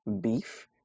beef